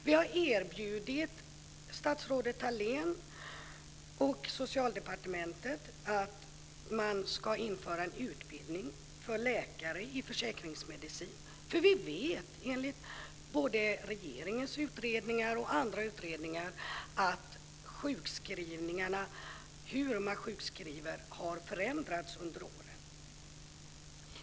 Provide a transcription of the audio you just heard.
Vi har gett som förslag till statsrådet Thalén och Socialdepartementet att man ska införa en utbildning för läkare i försäkringsmedicin. Enligt både regeringens utredningar och andra utredningar har nämligen sjukskrivningarna - det handlar om hur man sjukskriver - förändrats under åren.